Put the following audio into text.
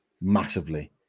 massively